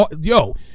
yo